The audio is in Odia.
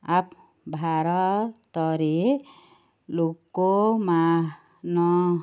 ଆପ୍ ଭାରତରେ ଲୋକ ମାନ